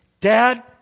Dad